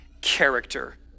character